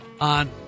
on